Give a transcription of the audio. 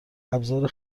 ابزار